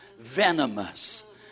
Venomous